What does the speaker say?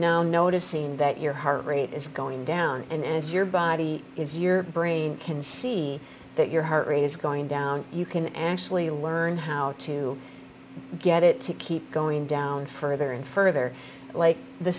know noticing that your heart rate is going down and as your body is your brain can see that your heart rate is going down you can actually learn how to get it to keep going down further and further like the